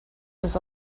was